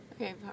Okay